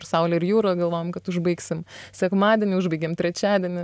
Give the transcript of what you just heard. ir saulė ir jūra galvojom kad užbaigsim sekmadienį užbaigėm trečiadienį